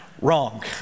wrong